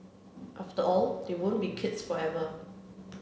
after all they won't be kids forever